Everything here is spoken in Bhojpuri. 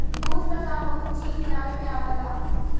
दूध क काम बहुत चीज बनावे में आवेला